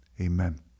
Amen